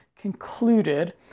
concluded